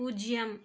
பூஜ்ஜியம்